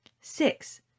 Six